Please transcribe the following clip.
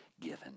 given